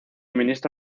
ministro